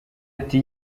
ati